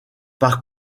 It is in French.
par